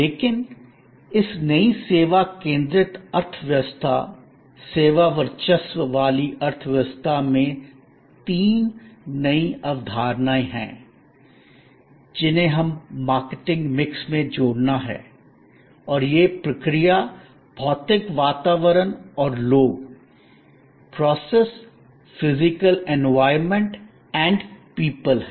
लेकिन इस नई सेवा केंद्रित अर्थव्यवस्था सेवा वर्चस्व वाली अर्थव्यवस्था में तीन नई अवधारणाएं हैं जिन्हें हमें मार्केटिंग मिक्स में जोड़ना है और ये प्रक्रिया भौतिक वातावरण और लोग process physical environment and people हैं